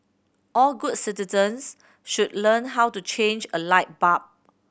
all good citizens should learn how to change a light bulb